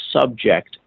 subject